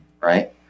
Right